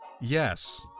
Yes